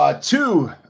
Two